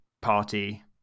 party